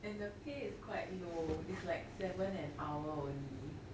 and the pay is quite low is like seven an hour only